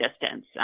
distance